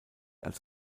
als